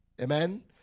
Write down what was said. Amen